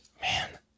man